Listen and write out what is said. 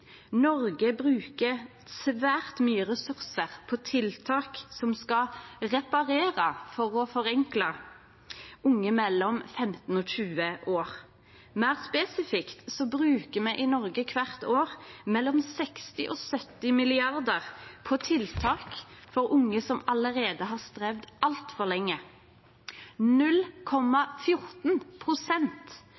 Noreg bruker svært mykje ressursar på tiltak som skal reparere, for å forenkla det, unge mellom 15 og 20 år. Meir spesifikt bruker me i Noreg kvart år mellom 60 og 70 mrd. kr på tiltak for unge som allereie har strevd altfor lenge.